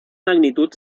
magnitud